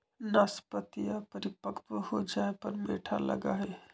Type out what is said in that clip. नाशपतीया परिपक्व हो जाये पर मीठा लगा हई